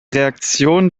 reaktion